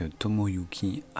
Tomoyuki